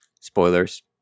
spoilers